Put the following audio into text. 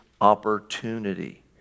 opportunity